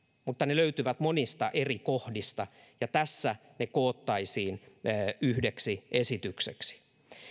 mutta ne löytyvät monista eri kohdista ja tässä ne koottaisiin yhdeksi esitykseksi